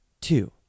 Two